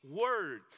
word